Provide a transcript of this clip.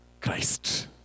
Christ